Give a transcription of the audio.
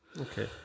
Okay